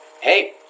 Hey